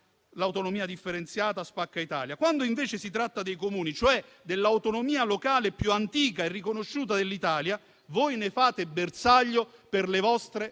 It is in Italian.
l'autonomia differenziata "spacca Italia". Quando invece si tratta dei Comuni, cioè dell'autonomia locale più antica e riconosciuta dell'Italia, voi ne fate bersaglio per le vostre